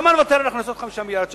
למה לוותר על הכנסות של 5 מיליארדי שקל?